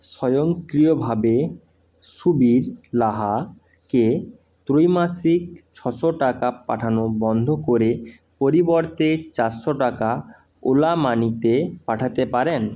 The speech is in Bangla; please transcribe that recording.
স্বয়ংক্রিয়ভাবে সুবীর লাহাকে ত্রৈমাসিক ছশো টাকা পাঠানো বন্ধ করে পরিবর্তে চারশো টাকা ওলা মানিতে পাঠাতে পারেন